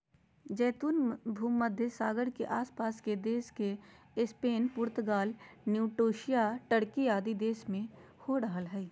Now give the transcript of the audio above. जैतून भूमध्य सागर के आस पास के देश स्पेन, पुर्तगाल, ट्यूनेशिया, टर्की आदि देश में हो रहल हई